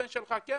הבן שלך עולה,